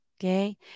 Okay